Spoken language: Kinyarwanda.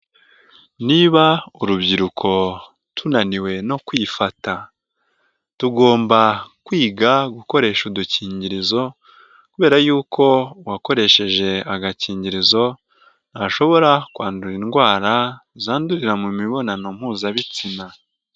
Niba urubyiruko tunaniwe no kwifata tugomba kwiga gukoresha udukingirizo kubera yuko uwakoresheje agakingirizo ntashobora kwandura indwara zandurira mu mibonano mpuzabitsina.